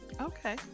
Okay